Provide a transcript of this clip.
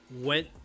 went